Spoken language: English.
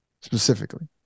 specifically